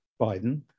Biden